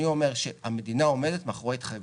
אני אומר שהמדינה עומדת מאחורי התחייבויותיה.